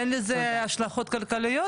אין לזה השלכות כלכליות?